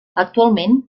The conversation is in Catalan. actualment